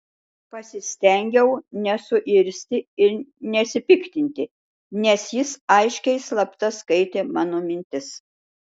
pasistengiau nesuirzti ir nesipiktinti nes jis aiškiai slapta skaitė mano mintis